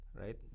right